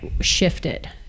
shifted